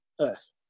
Earth